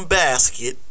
basket